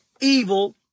evil